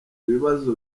bibazo